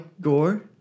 Gore